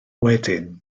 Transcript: wedyn